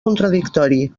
contradictori